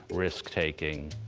risk-taking.